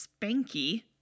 spanky